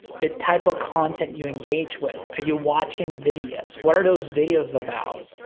the type of content you engage with. are you watching videos? what are those videos about?